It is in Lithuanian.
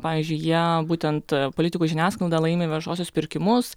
pavyzdžiui jie būtent politikų žiniasklaida laimi viešuosius pirkimus